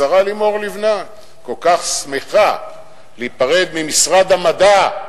השרה לימור לבנת כל כך שמחה להיפרד ממשרד המדע,